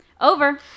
Over